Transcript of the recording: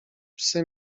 psy